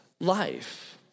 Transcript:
life